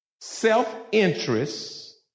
self-interest